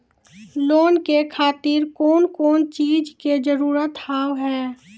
Loan के खातिर कौन कौन चीज के जरूरत हाव है?